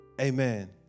Amen